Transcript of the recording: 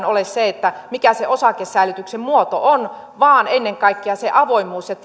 ole se mikä se osakesäilytyksen muoto on vaan ennen kaikkea avoimuus ja